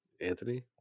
Anthony